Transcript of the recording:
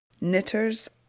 Knitters